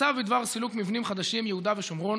הצו בדבר סילוק מבנים חדשים ביהודה ושומרון